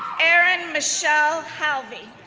eryn michelle halvey,